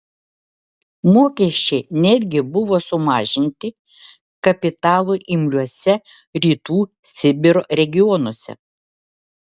mokesčiai netgi buvo sumažinti kapitalui imliuose rytų sibiro regionuose